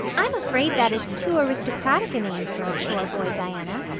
i'm afraid that is too aristocratic a name for a chore boy, diana.